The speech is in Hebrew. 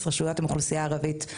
רשויות שהן עם 100% אוכלוסייה ערבית.